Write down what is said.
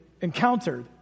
encountered